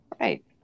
Right